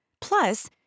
Plus